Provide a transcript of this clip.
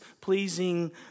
pleasing